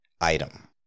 item